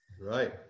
right